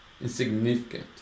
insignificant